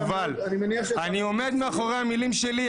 אני עומד מאחורי המילים שלי,